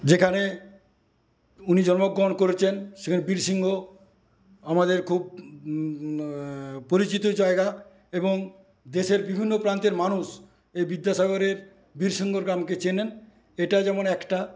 যেখানে উনি জন্মগ্রহণ করেছেন সেখানে বীরসিংহ আমাদের খুব পরিচিত জায়গা এবং দেশের বিভিন্ন প্রান্তের মানুষ এই বিদ্যাসাগরের বীরসিংহ গ্রামকে চেনেন এটা যেমন একটা